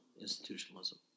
institutionalism